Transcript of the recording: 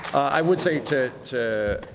i would say to to